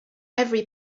every